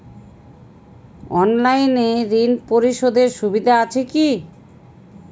অনলাইনে ঋণ পরিশধের সুবিধা আছে কি?